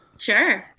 Sure